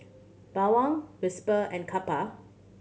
Bawang Whisper and Kappa